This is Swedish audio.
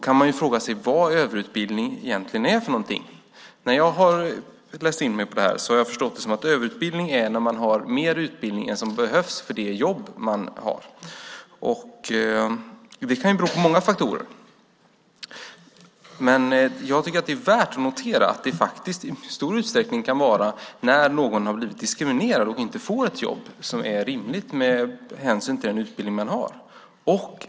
Man kan fråga sig vad överutbildning egentligen är för något. När jag läst in mig på detta har jag förstått det så att överutbildning är att man har mer utbildning än vad som behövs för det jobb man har. Det kan bero på många faktorer. Det är värt att notera att det i stor utsträckning kan vara när någon blir diskriminerad och inte får ett jobb som är rimligt med hänsyn till den utbildning man har.